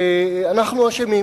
שאנחנו אשמים,